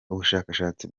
ubushakashatsi